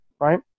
right